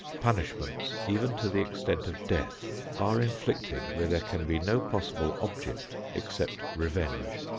punishments, even to the extent of death, are inflicted where there can be no possible object except revenge.